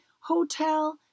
hotel